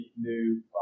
new